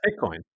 Bitcoin